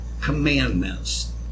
commandments